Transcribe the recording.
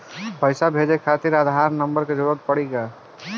पैसे भेजे खातिर आधार नंबर के जरूरत पड़ी का?